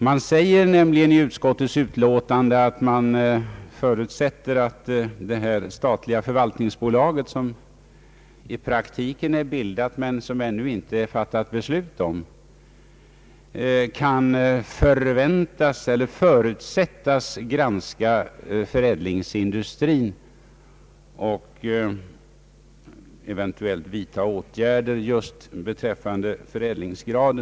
I utskottets utlåtande säger man nämligen att man förutsätter att det statliga förvaltningsbolag som i praktiken redan är bildat — trots att något beslut därom ännu inte fattats — kommer att pröva om ytterligare insatser från dess sida skall göras på skogsnäringens område. Övervägandena torde särskilt komma att gälla frågan om en högre förädlingsgrad.